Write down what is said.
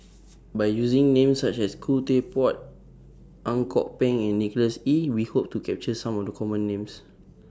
By using Names such as Khoo Teck Puat Ang Kok Peng and Nicholas Ee We Hope to capture Some of The Common Names